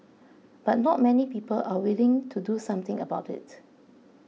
but not many people are willing to do something about it